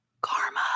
Karma